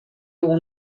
اون